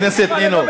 חברת הכנסת נינו.